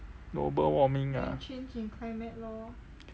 global warming ah